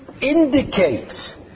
indicates